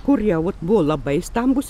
kur jau buvo labai stambūs